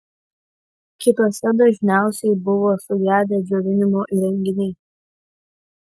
kituose dažniausiai buvo sugedę džiovinimo įrenginiai